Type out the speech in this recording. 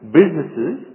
businesses